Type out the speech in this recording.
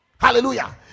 Hallelujah